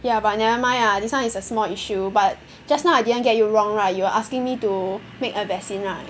ya but never mind lah this one is a small issue but just now I didn't get you wrong right you are asking me to make a vaccine right